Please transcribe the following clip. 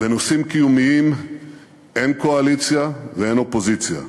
בנושאים קיומיים אין קואליציה ואין אופוזיציה,